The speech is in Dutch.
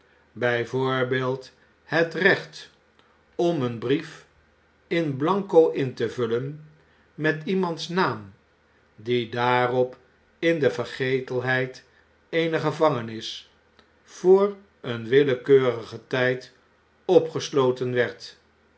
het recht om een brief in bianco in te vullen met iemands naam die daarop in de vergetelheid eener gevangenis voor een willekeurigen tijd opgesloten werd